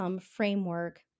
framework